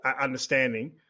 understanding